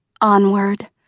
Onward